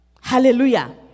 Hallelujah